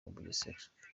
bugesera